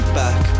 back